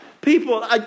people